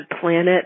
planet